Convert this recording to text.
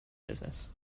business